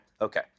Okay